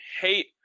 hate